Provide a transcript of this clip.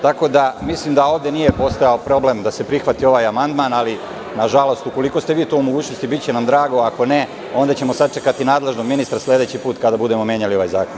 Tako da mislim da ovde nije postojao problem da se prihvati ovaj amandman, ali nažalost ukoliko ste vi u mogućnosti, biće nam drago, ako ne onda ćemo sačekati nadležnog ministra sledeći put, kada budemo menjali ovaj zakon.